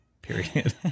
Period